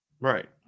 Right